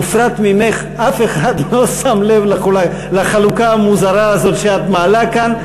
ופרט אלייך אף אחד לא שם לב לחלוקה המוזרה הזאת שאת מעלה כאן.